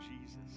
Jesus